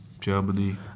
Germany